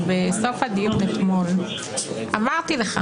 שבסוף הדיון אתמול אמרתי לך,